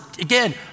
Again